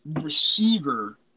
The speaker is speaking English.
receiver